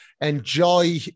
Enjoy